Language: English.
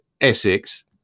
Essex